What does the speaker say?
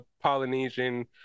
Polynesian